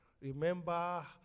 Remember